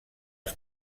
els